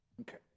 Okay